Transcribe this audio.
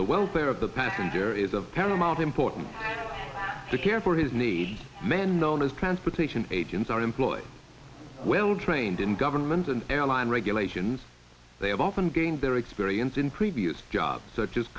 the welfare of the passenger is of paramount importance to care for his needs men known as transportation agents are employed well trained in government and airline regulations they have often gained their experience in previous jobs s